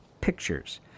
pictures